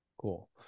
Cool